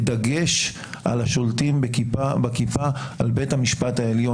בדגש על השולטים בכיפה, על בית המשפט העליון.